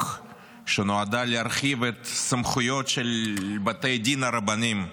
שנועדה להרחיב את סמכויות בתי הדין הרבניים,